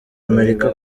amerika